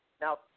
Now